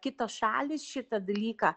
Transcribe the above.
kitos šalys šitą dalyką